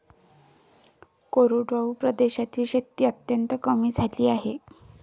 कोरडवाहू प्रदेशातील शेती अत्यंत कमी झाली आहे